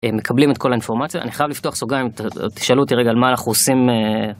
מקבלים את כל האינפורמציה אני חייב לפתוח סוגריים תשאלו אותי רגע על מה אנחנו עושים.